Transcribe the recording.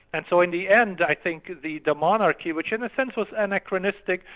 and so in the end, i think the the monarchy which in a sense was anachronistic,